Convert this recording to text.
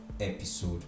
episode